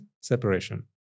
Separation